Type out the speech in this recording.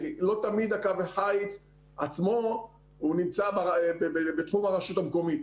לא תמיד קו החיץ עצמו נמצא בתחום הרשות המקומית,